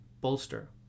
Bolster